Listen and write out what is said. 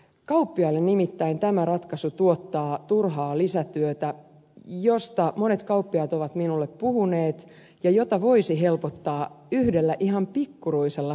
kauppiaille nimittäin tämä ratkaisu tuottaa turhaa lisätyötä josta monet kauppiaat ovat minulle puhuneet ja jota voisi helpottaa yhdellä ihan pikkuruisella keinolla